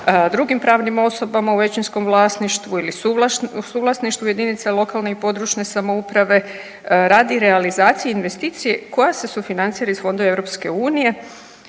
drugim pravnim osobama u većinskom vlasništvu ili suvlasništvu jedinica lokalne i područne samouprave radi realizacije investicije koja se sufinancira iz fondova EU